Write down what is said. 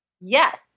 Yes